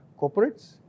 corporates